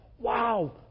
Wow